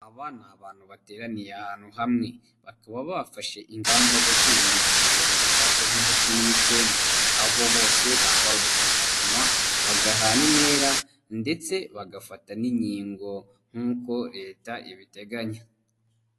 Aba ni abantu bateraniye ahantu hamwe, bakaba bafashe ingamba zo kwirinda icyorezo cya kovide cumi n'icyenda, aho bose bambara udupfukamunwa bagahana intera ndetse bagafata n'inkingo nk'uko Leta ibiteganya.